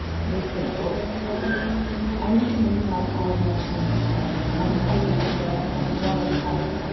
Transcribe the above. that makes them both high risk i am cleaning like i have never cleaned before. i'm hyperaware of what i touch,